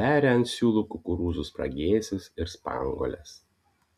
veria ant siūlų kukurūzų spragėsius ir spanguoles